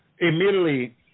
immediately